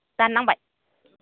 दान्नांबाय